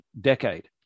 decade